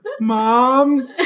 Mom